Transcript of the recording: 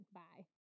bye